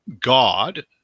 god